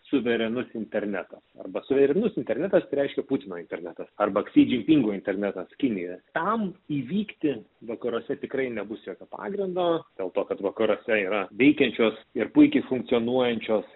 suverenus internetas arba suverenus internetas tai reiškia putino internetas arba kryžininkų internetas kinijos tam įvykti vakaruose tikrai nebus jokio pagrindo dėl to kad vakaruose yra veikiančios ir puikiai funkcionuojančios